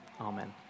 Amen